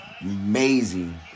Amazing